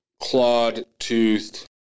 clawed-toothed